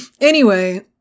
Anyway-